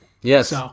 Yes